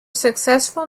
successful